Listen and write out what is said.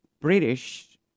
British